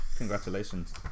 Congratulations